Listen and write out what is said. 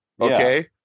Okay